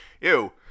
ew